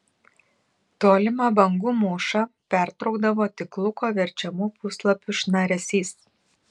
tolimą bangų mūšą pertraukdavo tik luko verčiamų puslapių šnaresys